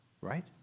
right